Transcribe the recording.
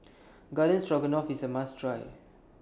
Garden Stroganoff IS A must Try